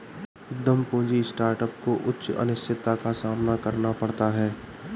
उद्यम पूंजी स्टार्टअप को उच्च अनिश्चितता का सामना करना पड़ता है